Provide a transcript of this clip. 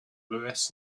louis